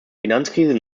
finanzkrise